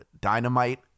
dynamite